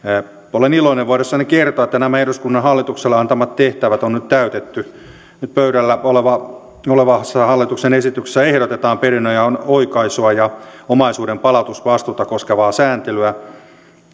olen iloinen voidessani kertoa että nämä eduskunnan hallitukselle antamat tehtävät on nyt täytetty nyt pöydällä olevassa hallituksen esityksessä ehdotetaan perinnönjaon oikaisua ja omaisuuden palautusvastuuta koskevaa sääntelyä